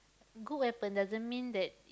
good weapon doesn't mean that